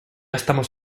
estamos